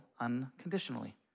unconditionally